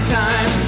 time